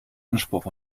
anspruch